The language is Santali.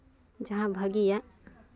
ᱡᱟᱦᱟᱸ ᱵᱷᱟᱹᱜᱤᱭᱟ